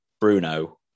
Bruno